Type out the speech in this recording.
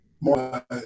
more